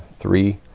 three,